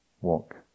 walk